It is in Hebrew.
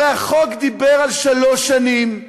הרי החוק דיבר על שלוש שנים,